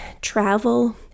Travel